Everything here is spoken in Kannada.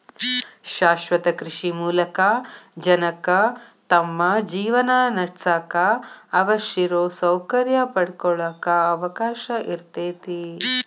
ಶಾಶ್ವತ ಕೃಷಿ ಮೂಲಕ ಜನಕ್ಕ ತಮ್ಮ ಜೇವನಾನಡ್ಸಾಕ ಅವಶ್ಯಿರೋ ಸೌಕರ್ಯ ಪಡ್ಕೊಳಾಕ ಅವಕಾಶ ಇರ್ತೇತಿ